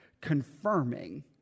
confirming